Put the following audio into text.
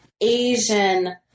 Asian